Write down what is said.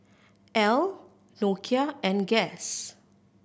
Elle Nokia and Guess